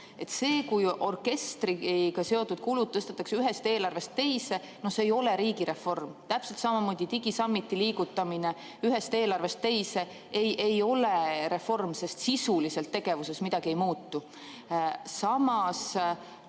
See, kui orkestriga seotud kulud tõstetakse ühest eelarvest teise – no see ei ole riigireform. Täpselt samamoodi Digi Summiti liigutamine ühest eelarvest teise ei ole reform, sest sisuliselt tegevuses midagi ei muutu.